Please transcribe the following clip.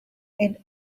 and